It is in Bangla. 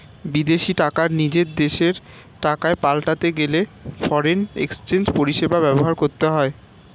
বিদেশী টাকা নিজের দেশের টাকায় পাল্টাতে গেলে ফরেন এক্সচেঞ্জ পরিষেবা ব্যবহার করতে হয়